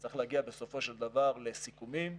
צריך להגיע בסופו של דבר לסיכומים,